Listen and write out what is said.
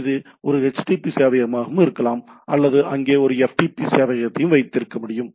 இது ஒரு http சேவையகமாகவும் இருக்கலாம் அல்லது அங்கே ஒரு FTP சேவையகத்தை வைத்திருக்க முடியும்